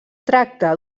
tracta